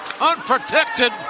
Unprotected